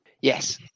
Yes